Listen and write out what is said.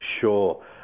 Sure